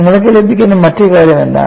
നിങ്ങൾക്ക് ലഭിക്കുന്ന മറ്റ് കാര്യം എന്താണ്